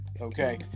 Okay